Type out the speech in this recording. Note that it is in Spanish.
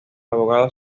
abogado